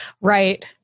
Right